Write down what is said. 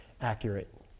accurate